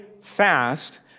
fast